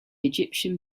egyptian